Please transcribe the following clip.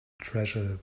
treasure